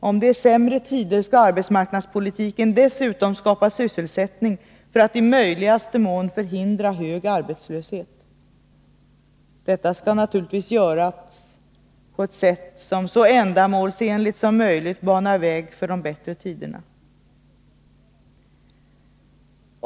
Om det är sämre tider, skall arbetsmarknadspolitiken dessutom skapa sysselsättning för att i möjligaste mån förhindra hög arbetslöshet. Detta skall naturligtvis göras på ett sätt som så ändamålsenligt som möjligt banar väg för bättre tider.